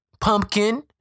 pumpkin